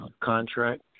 contract